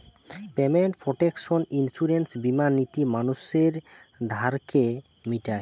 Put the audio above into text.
payment protection insurance বীমা নীতি মানুষের ধারকে মিটায়